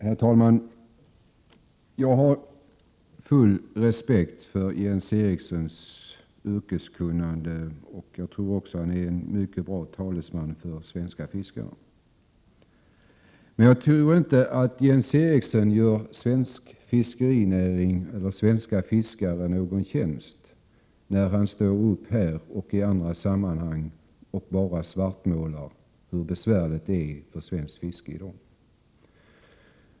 Herr talman! Jag har full respekt för Jens Erikssons yrkeskunnande och tror också att han är en mycket bra talesman för svenska fiskare. Men jag tror inte att Jens Eriksson gör svensk fiskerinäring eller svenska fiskare någon tjänst när han här och i andra sammanhang bara svartmålar beträffande hur besvärligt det är för svenskt fiske i dag.